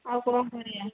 ଆଉ କ'ଣ କରିବା